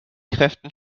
kräften